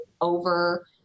over